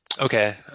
Okay